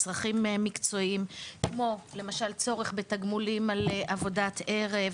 מצרכים מקצועיים כמו למשל צורך בתגמולים על עבודת ערב,